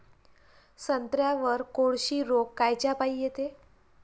संत्र्यावर कोळशी रोग कायच्यापाई येते?